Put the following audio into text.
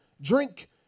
drink